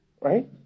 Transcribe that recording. right